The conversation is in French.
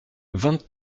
vingt